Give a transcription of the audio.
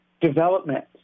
Development